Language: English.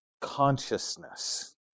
consciousness